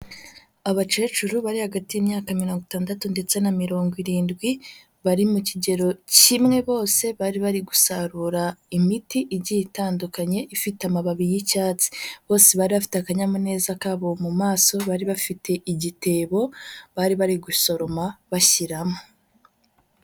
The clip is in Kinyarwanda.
Abakecuru bari hagati y'imyaka mirongo itandatu ndetse na mirongo irindwi, bari mu kigero kimwe bose bari bari gusarura imiti igiye itandukanye ifite amababi y'icyatsi, bose bari bafite akanyamuneza kabo mu maso, bari bafite igitebo bari bari gusoroma bashyiramo.